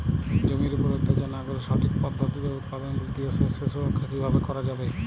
জমির উপর অত্যাচার না করে সঠিক পদ্ধতিতে উৎপাদন বৃদ্ধি ও শস্য সুরক্ষা কীভাবে করা যাবে?